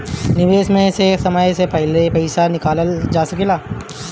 निवेश में से समय से पहले पईसा निकालल जा सेकला?